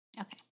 Okay